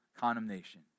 condemnation